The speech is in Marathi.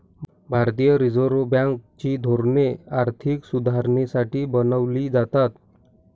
भारतीय रिझर्व बँक ची धोरणे आर्थिक सुधारणेसाठी बनवली जातात